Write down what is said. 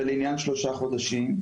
ולעניין שלושת החודשים?